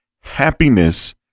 Happiness